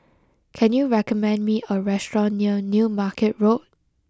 can you recommend me a restaurant near New Market Road